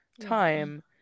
time